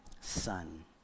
Son